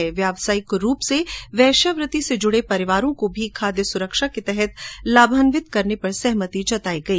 े व्यावसायिक रूप से वैश्यावृति से जुडे परिवारों को भी खाद्य सुरक्षा के तहत लाभान्वित करने पर सहमति जताई गई